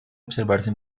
observarse